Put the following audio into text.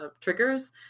triggers